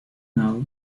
now